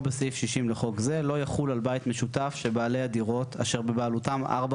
בסעיף 60 לחוק זה לא יחול על בית משותף שבעלי הדירות אשר בבעלותם ארבע